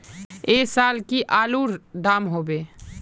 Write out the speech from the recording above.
ऐ साल की आलूर र दाम होबे?